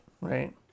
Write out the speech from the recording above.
right